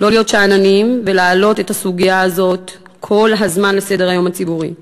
לא להיות שאננים ולהעלות את הסוגיה הזאת כל הזמן על סדר-היום הציבורי.